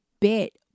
bit